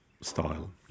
style